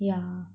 yeah